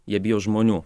jie bijo žmonių